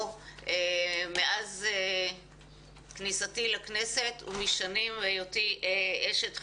מאז כניסתי לכנסת ומשנות היותי אשת חינוך.